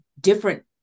different